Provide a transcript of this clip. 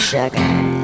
Sugar